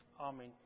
Amen